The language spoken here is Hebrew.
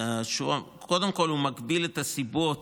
קודם כול, הוא מגביל את הסיבות